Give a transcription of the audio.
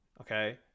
Okay